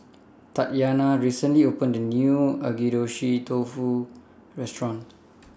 Tatyana recently opened A New Agedashi Dofu Restaurant